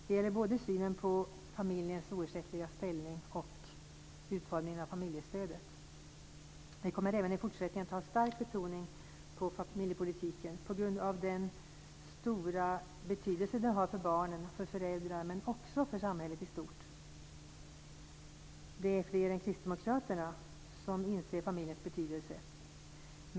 Det gäller både synen på familjens oersättliga ställning och utformningen av familjestödet. Vi kommer även i fortsättningen att ha stark betoning på familjepolitiken på grund av den stora betydelse den har för barn och föräldrar men också för samhället i stort. Det är fler än Kristdemokraterna som inser familjens betydelse.